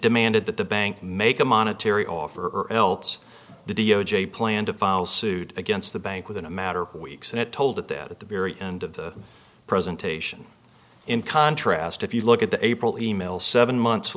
demanded that the bank make a monetary offer or else the d o j plan to file suit against the bank within a matter of weeks and it told at that at the very end of the presentation in contrast if you look at the april e mail seven months